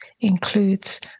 includes